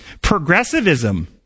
Progressivism